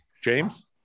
James